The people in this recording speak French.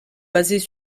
basées